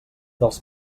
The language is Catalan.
dels